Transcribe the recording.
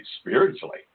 spiritually